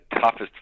toughest